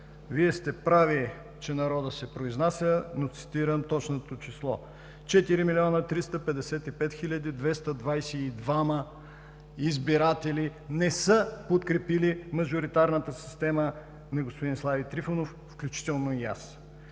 Вие сте прав, че народът се произнася, но цитирам точното число – 4 млн. 355 хил. 222 избиратели не са подкрепили мажоритарната система на господин Слави Трифонов, включително и аз.